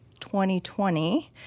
2020